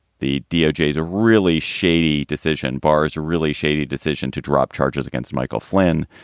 the doj is a really shady decision bar's really shady decision to drop charges against michael flynn.